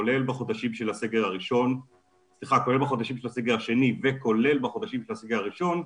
כולל בחודשים של הסגר השני וכולל בחודשים של הסגר הראשון,